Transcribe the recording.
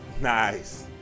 Nice